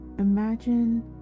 Imagine